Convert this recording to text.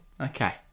Okay